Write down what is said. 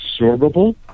absorbable